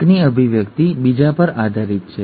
એકની અભિવ્યક્તિ બીજા પર આધારિત છે